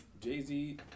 Jay-Z